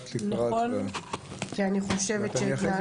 אני חושבת שההתנהלות